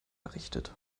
errichtet